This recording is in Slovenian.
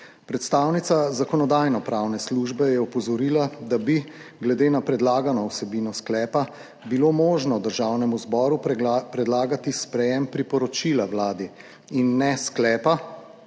Predstavnica Zakonodajno-pravne službe je opozorila, da bi glede na predlagano vsebino sklepa, bilo možno Državnemu zboru predlagati sprejem priporočila Vladi in ne sklepa.